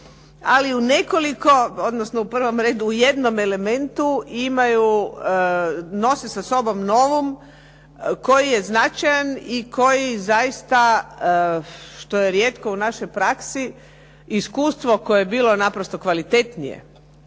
Ali u nekoliko, odnosno u prvom redu u jednom elementu imaju, nose sa sobom novum koji je značajan i koji zaista što je rijetko u našoj praksi, iskustvo koje je bilo naprosto kvalitetnije